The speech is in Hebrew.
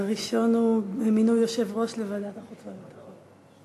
הראשון הוא מינוי יושב-ראש לוועדת החוץ והביטחון.